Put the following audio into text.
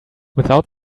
without